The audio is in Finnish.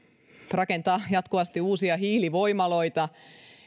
rakentaa jatkuvasti uusia hiilivoimaloita